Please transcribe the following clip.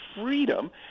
freedom